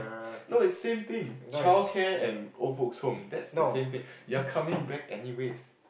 no it's same thing childcare and old folk's home that's the same thing you're coming back anyways